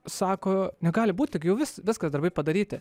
sako negali būti juk jau viskas darbai padaryti